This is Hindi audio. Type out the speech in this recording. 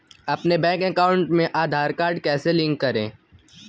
अपने बैंक अकाउंट में आधार कार्ड कैसे लिंक करें?